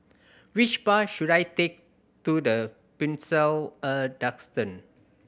which bus should I take to The Pinnacle at Duxton